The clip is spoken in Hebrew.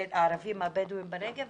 הערבים הבדואים בנגב,